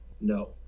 No